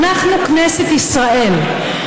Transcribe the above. אנחנו כנסת ישראל,